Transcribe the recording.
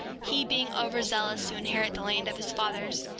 he being over-zealous to inherit the land of his fathers,